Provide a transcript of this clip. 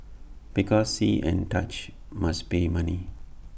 because see and touch must pay money